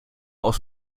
aus